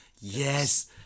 yes